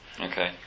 Okay